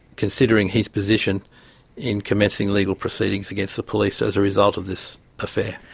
considering his position in commencing legal proceedings against the police as a result of this affair.